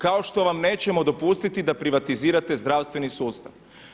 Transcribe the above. Kao što vam nećemo dopustiti da privatizirate zdravstveni sustav.